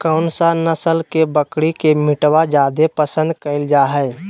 कौन सा नस्ल के बकरी के मीटबा जादे पसंद कइल जा हइ?